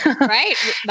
right